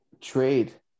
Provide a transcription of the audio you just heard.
trade